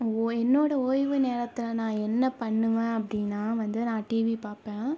ஓ என்னோட ஓய்வு நேரத்தில் நான் என்ன பண்ணுவேன் அப்படினா வந்து நான் டிவி பார்ப்பேன்